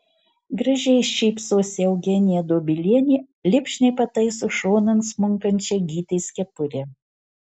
gražiai šypsosi eugenija dobilienė lipšniai pataiso šonan smunkančią gytės kepurę